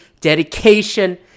dedication